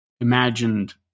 imagined